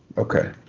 okay.